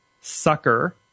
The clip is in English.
sucker